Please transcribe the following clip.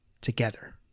together